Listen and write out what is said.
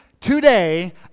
today